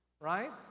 right